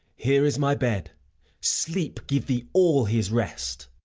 here is my bed sleep give thee all his rest!